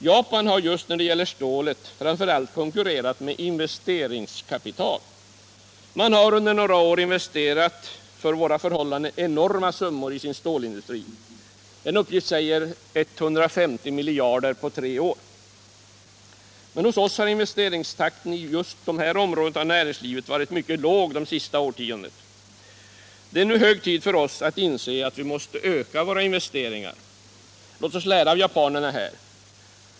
Japan har just när det gäller stålet framför allt konkurrerat med investeringskapital. Man har under några år investerat för våra förhållanden enorma summor i sin stålindustri —- en uppgift säger 150 miljarder på tre år. Men hos oss har investeringstakten på just detta område av näringslivet varit mycket låg det senaste årtiondet. Det är nu hög tid för oss att inse att vi måste öka våra investeringar. Låt oss lära av japanerna här!